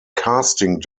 casting